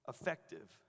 effective